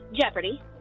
Jeopardy